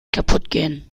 kaputtgehen